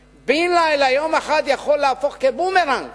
בן-לילה, יום אחד יכול להפוך כבומרנג